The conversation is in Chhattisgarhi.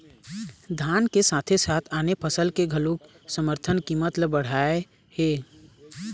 धान के साथे साथे आने फसल के घलोक समरथन कीमत ल बड़हाए हे